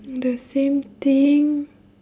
the same thing